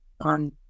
on